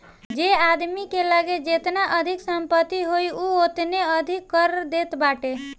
जे आदमी के लगे जेतना अधिका संपत्ति होई उ ओतने अधिका कर देत बाटे